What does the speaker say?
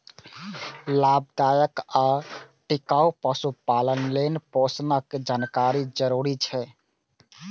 लाभदायक आ टिकाउ पशुपालन लेल पोषणक जानकारी जरूरी छै